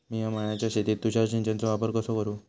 मिया माळ्याच्या शेतीत तुषार सिंचनचो वापर कसो करू?